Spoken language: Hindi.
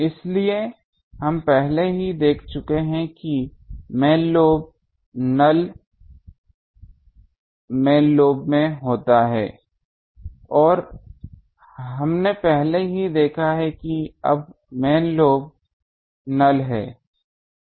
इसलिए हम पहले ही देख चुके हैं कि main lobe null main lobe में होता है हमने देखा है कि अब मैन लोब नल है